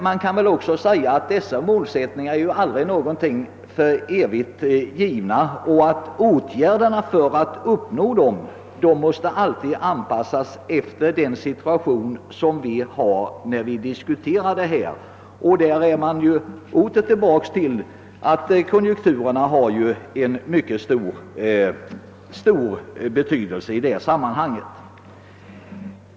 Man kan emellertid säga att målsättningar aldrig är för evigt givna. Åtgärderna för att uppnå målen måste alltid anpassas efter den situation som råder när problemen diskuteras. Härvidlag kan man återigen konstatera att konjunkturerna har en mycket stor betydelse i sammanhanget.